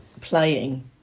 playing